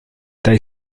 they